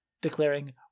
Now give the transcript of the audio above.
declaring